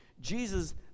Jesus